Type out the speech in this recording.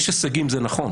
יש הישגים, זה נכון.